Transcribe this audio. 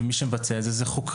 ומי שמבצע את זה הם חוקים,